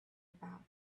about